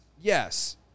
yes